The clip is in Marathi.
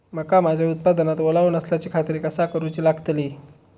मका माझ्या उत्पादनात ओलावो नसल्याची खात्री कसा करुची लागतली?